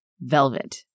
velvet